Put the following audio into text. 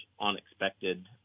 unexpected